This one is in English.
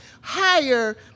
higher